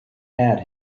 had